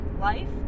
life